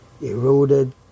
eroded